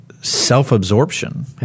self-absorption